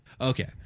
Okay